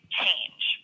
change